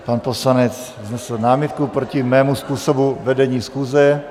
Pan poslanec vznesl námitku proti mému způsobu vedení schůze.